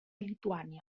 lituània